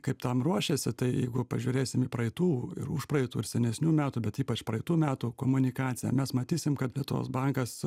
kaip tam ruošiasi tai jeigu pažiūrėsim į praeitų ir užpraeitų ir senesnių metų bet ypač praeitų metų komunikaciją mes matysim kad lietuvos bankas